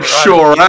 sure